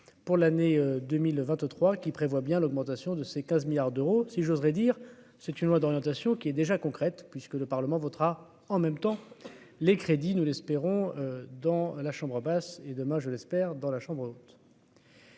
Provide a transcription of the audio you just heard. pour l'année 2023 qui prévoit bien l'augmentation de ces 15 milliards d'euros si j'oserais dire : c'est une loi d'orientation qui est déjà concrète puisque le Parlement votera en même temps, les crédits, nous l'espérons, dans la chambre basse et demain je l'espère, dans la chambre.